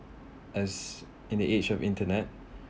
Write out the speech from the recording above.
as in the age of internet